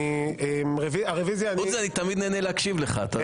חוץ מזה, אני תמיד נהנה להקשיב לך.